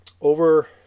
over